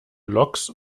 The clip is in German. loks